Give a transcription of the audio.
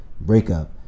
breakup